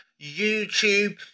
YouTube